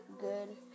Good